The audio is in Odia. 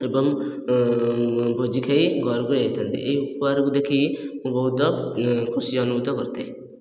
ଏବଂ ଭୋଜି ଖାଇ ଘରକୁ ଯାଇଥାନ୍ତି ଏହି ଉପହାରକୁ ଦେଖି ମୁଁ ବହୁତ ଖୁସି ଅନୁଭୂତ କରିଥାଏ